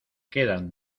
quedan